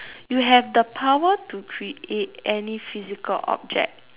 you have the power to create any physical object